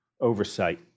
oversight